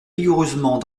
vigoureusement